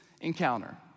encounter